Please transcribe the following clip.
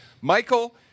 Michael